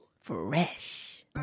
fresh